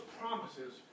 promises